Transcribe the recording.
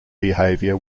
behavior